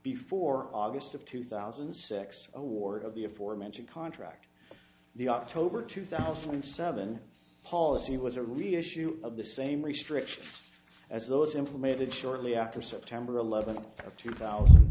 before august of two thousand and six a ward of the aforementioned contract the october two thousand and seven policy was a real issue of the same restrictions as those implemented shortly after september eleventh of two thousand